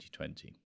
2020